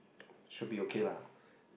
should be okay lah